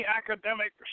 academic